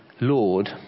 Lord